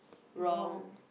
wrong